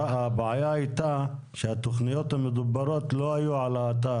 הבעיה הייתה שהתכניות המדוברות לא היו באתר.